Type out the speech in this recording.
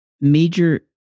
major